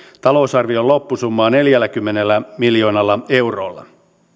talousarvion loppusummaa neljälläkymmenellä miljoonalla eurolla